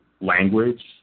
language